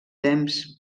temps